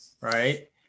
Right